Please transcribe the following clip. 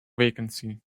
vacancy